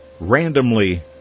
randomly